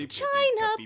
china